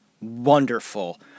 Wonderful